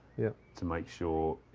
to make sure,